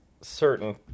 certain